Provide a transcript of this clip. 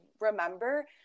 remember